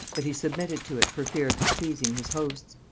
but he submitted to it for fear of displeasing his hosts.